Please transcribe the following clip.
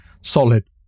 solid